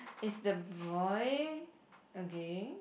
is the boy a gay